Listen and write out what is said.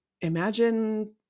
imagine